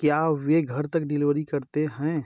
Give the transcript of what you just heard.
क्या वे घर तक डिलवरी करते हैं